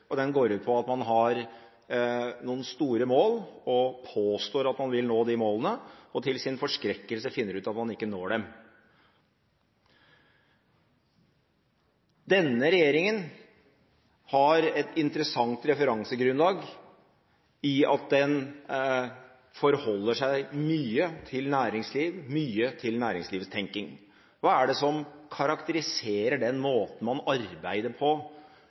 føres. Den går ut på at man har noen store mål og påstår at man vil nå de målene, og til sin forskrekkelse finner ut at man ikke når dem. Denne regjeringen har et interessant referansegrunnlag i at den forholder seg mye til næringsliv, mye til næringslivstenkning. Hva er det som karakteriserer den måten man arbeider på